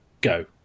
Go